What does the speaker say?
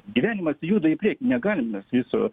gyvenimas juda į priekį negalim mes viso